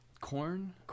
corn